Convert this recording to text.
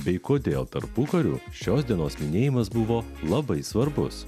bei kodėl tarpukariu šios dienos minėjimas buvo labai svarbus